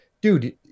Dude